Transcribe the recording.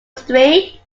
street